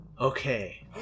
Okay